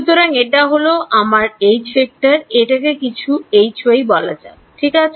সুতরাং এটা হল আমার এটাকে কিছু বলা যাক ঠিক আছে